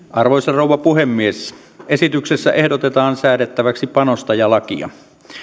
arvoisa rouva puhemies esityksessä ehdotetaan säädettäväksi panostajalakia